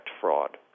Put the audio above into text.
fraud